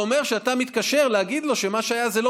והוא אומר שאתה מתקשר להגיד לו שמה שהיה זה לא